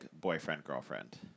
boyfriend-girlfriend